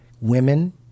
Women